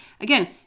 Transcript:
Again